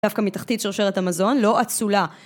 דווקא מתחתית שרשרת המזון לא אצולה